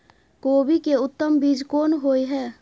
कोबी के उत्तम बीज कोन होय है?